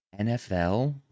NFL